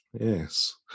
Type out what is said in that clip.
Yes